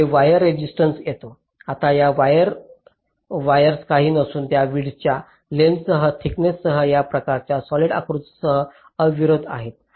पुढे wire resistance येतो आता या वायर्स काही नसून या विड्थच्या लेंग्थस सह थिकनेससह या प्रकारच्या सॉलिड आयताकृती अवरोध आहेत